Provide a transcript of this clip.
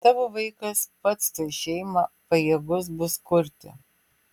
tavo vaikas pats tuoj šeimą pajėgus bus kurti